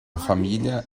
família